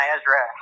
Ezra